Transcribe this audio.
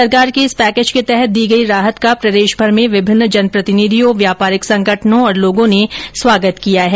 सरकार के इस पैकेज के तहत दी गई राहत का प्रदेशभर में विभिन्न जनप्रतिनिधियों व्यापारिक संगठनों और लोगों ने स्वागत किया है